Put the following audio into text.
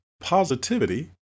positivity